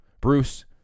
Bruce